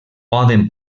poden